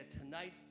tonight